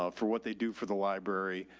ah for what they do for the library.